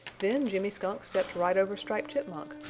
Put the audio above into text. then jimmy skunk stepped right over striped chipmunk,